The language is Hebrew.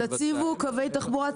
אז תציבו קווי תחבורה ציבוריים,